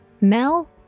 Mel